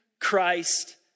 Christ